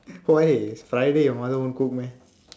why it's friday your mother won't cook meh